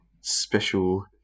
special